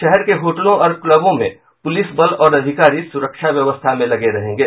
शहर के होटलों और क्लबों में पूलिस बल और अधिकारी सूरक्षा व्यवस्था में लगे रहेंगे